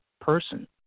person